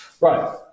right